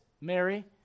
Mary